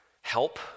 help